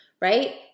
right